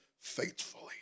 faithfully